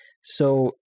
So-